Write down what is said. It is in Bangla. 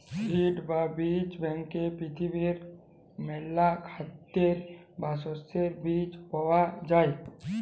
সিড বা বীজ ব্যাংকে পৃথিবীর মেলা খাদ্যের বা শস্যের বীজ পায়া যাই